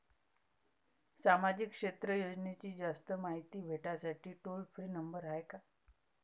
सामाजिक क्षेत्र योजनेची जास्त मायती भेटासाठी टोल फ्री नंबर हाय का?